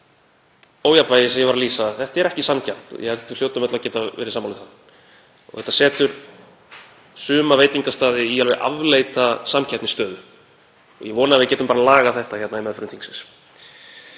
ójafnvægi sem ég var að lýsa er ekki sanngjarnt og ég held við hljótum öll að geta verið sammála um það. Þetta setur suma veitingastaði í alveg afleita samkeppnisstöðu. Ég vona að við getum bara lagað þetta hérna í meðförum þingsins.